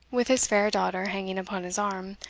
with his fair daughter hanging upon his arm,